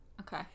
Okay